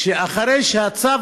אבל מעלים דברים שהם